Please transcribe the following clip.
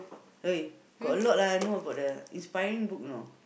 !oi! got a lot lah you know about the inspiring book you know